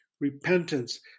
repentance